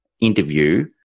interview